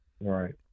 Right